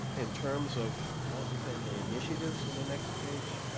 in terms of multifamily initiatives on the next page,